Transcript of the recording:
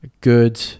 good